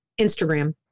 Instagram